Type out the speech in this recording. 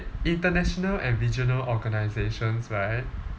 international and regional organisations right